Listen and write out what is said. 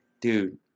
Dude